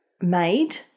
made